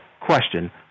question